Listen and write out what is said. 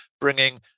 bringing